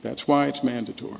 that's why it's mandatory